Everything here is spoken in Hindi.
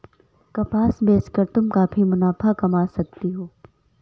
कपास बेच कर तुम काफी मुनाफा कमा सकती हो